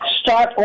start